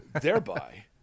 thereby